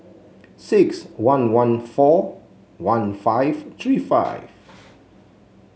six one one four one five three five